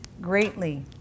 greatly